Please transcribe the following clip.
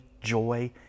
joy